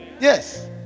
Yes